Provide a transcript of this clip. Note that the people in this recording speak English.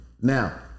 Now